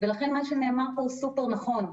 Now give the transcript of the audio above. ולכן מה שנאמר פה הוא סופר נכון.